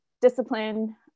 discipline